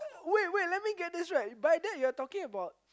wait wait let me get this right by that you are talking about